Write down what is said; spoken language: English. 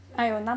所以 like